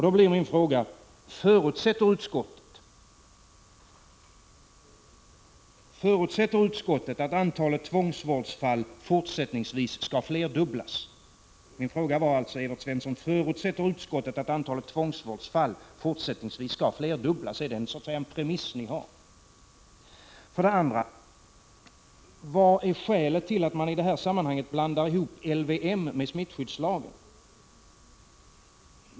Då blir min fråga, som jag riktar till Evert Svensson: Förutsätter utskottet att antalet tvångsvårdsfall fortsättningsvis skall flerdubblas? Är det ett slags premiss som man har? För det andra: Vad är skälet till att man i detta sammanhang blandar ihop LVM med smittskyddslagen?